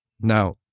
Now